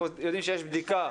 אנחנו יודעים שיש בדיקה.